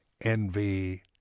Envy